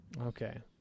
Okay